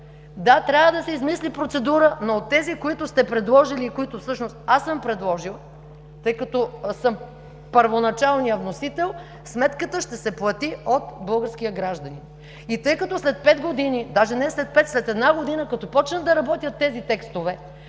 Да, трябва да се измисли процедура, но от тези, които сте предложили и които всъщност аз съм предложила, тъй като съм първоначалния вносител, сметката ще се плати от българския гражданин. Тъй като след пет години – даже не след пет, а след една година, като започнат да работят тези текстове,